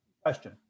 question